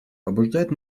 побуждает